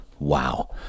wow